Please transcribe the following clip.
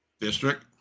District